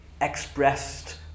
expressed